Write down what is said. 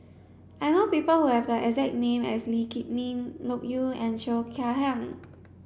I know people who have the exact name as Lee Kip Lin Loke Yew and Cheo Chai Hiang